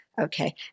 Okay